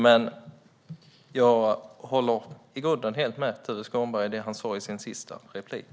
Men jag håller i grunden helt med Tuve Skånberg om det han sa i sin sista replik.